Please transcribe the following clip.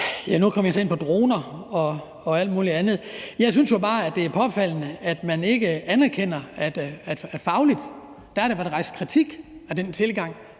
Nu kom vi så ind på droner og alt muligt andet. Jeg synes jo bare, det er påfaldende, at man ikke anerkender, at der fagligt har været rejst kritik af den tilgang,